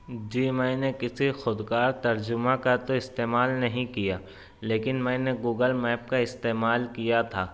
جی میں نے کسی خودکار ترجمہ کا تو استعمال نہیں کیا لیکن میں نے گوگل میپ کا استعمال کیا تھا